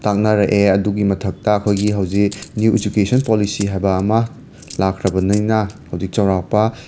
ꯇꯥꯛꯅꯔꯛꯑꯦ ꯑꯗꯨꯒꯤ ꯃꯊꯛꯇ ꯑꯩꯈꯣꯏꯒꯤ ꯍꯧꯖꯤꯛ ꯅꯤꯌꯨ ꯏꯖꯨꯀꯦꯁꯟ ꯄꯣꯂꯤꯁꯤ ꯍꯥꯏꯕ ꯑꯃ ꯂꯥꯛꯈ꯭ꯔꯕꯅꯤꯅ ꯍꯧꯖꯤꯛ ꯆꯥꯎꯔꯥꯛꯄ